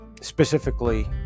specifically